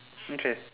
okay